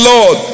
Lord